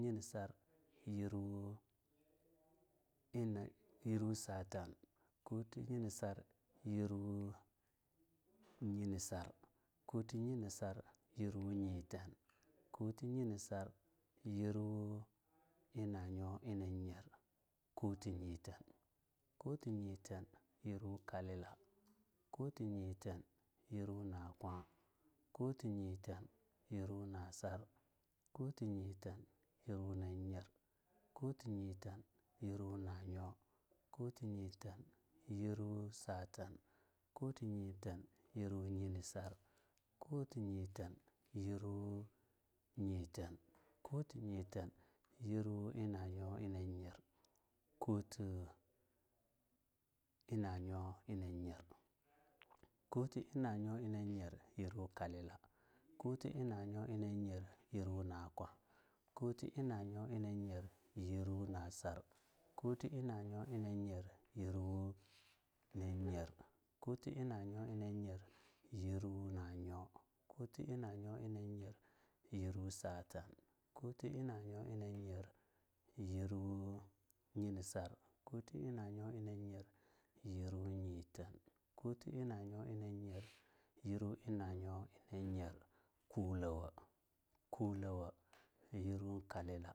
Yinisar yirwuuu ine satan, kuti yinisar yirwu nyisar, kuti yinisar yirwu nyeten, kuti yinisar yirwu nanyo na nyer, kuti nyeten, kuti nyeten yirwu kalila, kuti nyeten yirwu nakwa, kuti nyeten yirwu nasar, kuti nyeten yirwu nanyer, kuti nyeten yirwu nanyo, kuti nyeten yirwu satan, kuti nyeten yirwu nyisar, kuti nyeten yirwu na nyo na nyer, kuti enanyo nanyer, kuti inanyo nanyer yurwo kalika, kuti inanyo inayer yurwo nakwa, kuti inanyo inayer yurwo nasar, kuti inanyo inayer yurwo na nyer, kuti inanyo inayer yurwo na nyo, kuti inanyo inayer yurwo satan, kuti inanyo inayer yurwo nyinisar, kuti inanyo inanyer yirwu nyeten, kuti inanyo inanyer yirwu inanyo ina nyer, kulawa, kulawa nyer kalila.